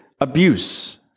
abuse